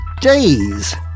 days